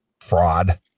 fraud